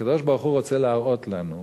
הקדוש-ברוך-הוא רוצה להראות לנו,